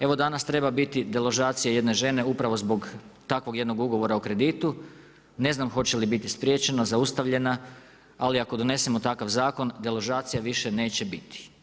Evo danas treba biti deložacija jedne žene, upravo zbog takvog jednog ugovora o kreditu, ne znam hoće li biti spriječena, zaustavljena, ali ako donesemo takav zakon, deložacije više neće biti.